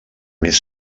més